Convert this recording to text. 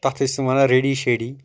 تَتھ ٲسۍ تِم ونان ریٚڈی شیٚڈی